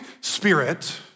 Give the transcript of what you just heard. spirit